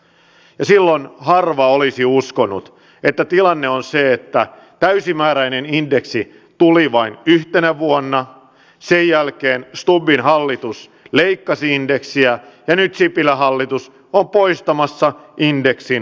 ja silloin harva olisi uskonut että tilanne on se että täysimääräinen indeksi tuli vain yhtenä vuonna sen jälkeen stubbin hallitus leikkasi indeksiä ja nyt sipilän hallitus on poistamassa indeksin kokonaan